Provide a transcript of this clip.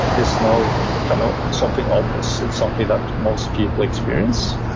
is now kind of something obvious, it's something that most people experience,